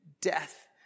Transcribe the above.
death